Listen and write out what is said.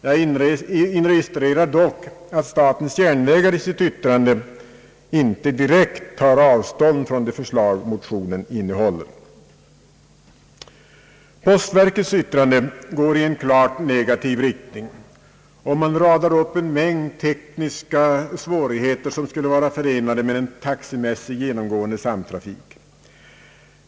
Jag inregistrerar dock att statens järnvägar i sitt yttrande icke direkt tar avstånd från de förslag motionerna innehåller. Postverkets yttrande går i klart negativ riktning och man radar upp en hel mängd tekniska svårigheter som skulle vara förenade med en taxemässigt genomgående samtrafik.